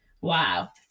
Wow